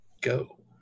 Go